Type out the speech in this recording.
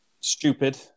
stupid